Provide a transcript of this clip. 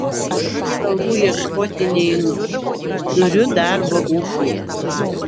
aš kalbų ieškoti neinu turiu darbo ūkyje